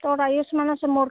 তোৰ আয়ুষ্মান আছে মোৰ